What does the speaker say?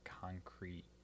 concrete